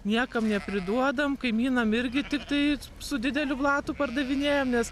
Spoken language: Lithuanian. niekam nepriduodam kaimynam irgi tiktai su dideliu blatu pardavinėjam nes